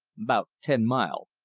about ten mile.